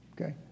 Okay